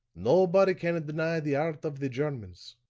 nobody can deny the art of the germans.